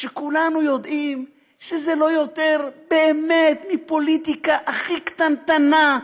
כשכולנו יודעים שזה באמת לא יותר מפוליטיקה הכי קטנטנה,